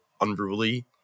unruly